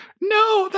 no